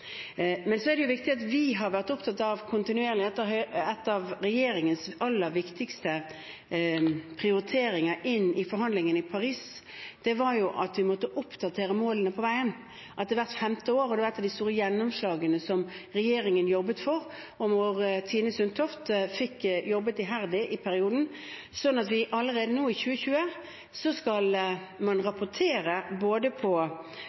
Men en av regjeringens aller viktigste prioriteringer i forhandlingene i Paris var at vi måtte oppdatere målene på veien, hvert femte år. Det var et av de store gjennomslagene som regjeringen jobbet for, og som Tine Sundtoft jobbet iherdig med i sin periode. Så allerede i 2020 skal man rapportere på både hvor langt man er kommet, og på